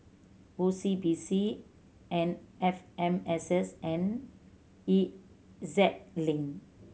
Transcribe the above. O C B C and F M S S and E Z Link